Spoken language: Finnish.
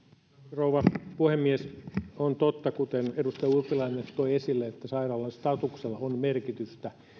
rouva puhemies on totta kuten edustaja urpilainen toi esille että sairaalan statuksella on merkitystä